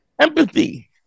Empathy